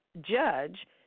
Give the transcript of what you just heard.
judge